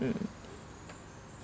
mm